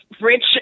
rich